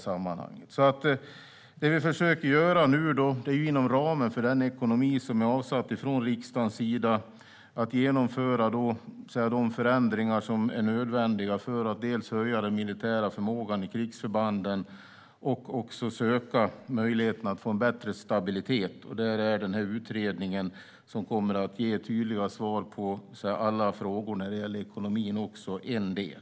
Det vi försöker göra nu är att inom den ekonomiska ram som är satt från riksdagens sida genomföra de förändringar som är nödvändiga för att dels höja den militära förmågan i krigsförbanden, dels söka möjligheten att få en bättre stabilitet. Där är den här utredningen, som kommer att ge tydliga svar på alla frågor när det gäller ekonomin, också en del.